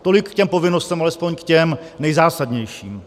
Tolik k těm povinnostem, alespoň k těm nejzásadnějším.